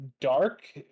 dark